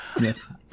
Yes